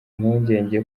impungenge